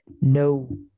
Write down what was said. no